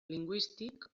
lingüístic